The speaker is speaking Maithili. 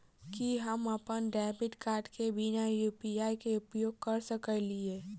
की हम अप्पन डेबिट कार्ड केँ बिना यु.पी.आई केँ उपयोग करऽ सकलिये?